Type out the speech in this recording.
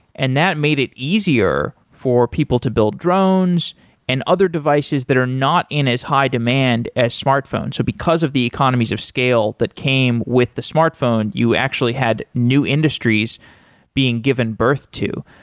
and that made it easier for people to build drones and other devices that are not in as high-demand as smartphone. so because of the economies of scale that came with the smartphone, you actually had new industries being given birth to.